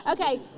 Okay